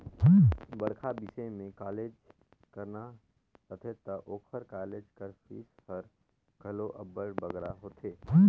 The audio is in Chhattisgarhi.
बड़खा बिसे में कॉलेज कराना रहथे ता ओकर कालेज कर फीस हर घलो अब्बड़ बगरा होथे